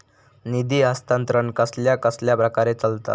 निधी हस्तांतरण कसल्या कसल्या प्रकारे चलता?